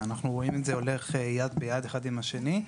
ואנחנו רואים את זה הולך יד ביד אחד עם השני.